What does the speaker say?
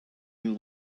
you